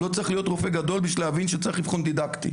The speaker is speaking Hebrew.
לא צריך להיות רופא גדול בשביל להבין שצריך אבחון דידקטי,